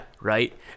Right